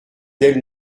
del